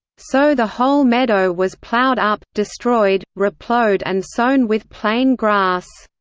so the whole meadow was plowed up, destroyed, replowed and sown with plain grass.